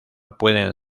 pueden